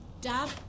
Dad